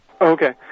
Okay